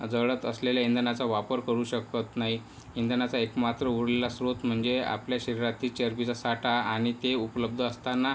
जळत असलेल्या इंधनाचा वापर करू शकत नाही इंधनाचा एकमात्र उरलेला स्रोत म्हणजे आपल्या शरीरातील चरबीचा साठा आणि ते उपलब्ध असताना